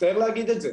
מצטער להגיד את זה.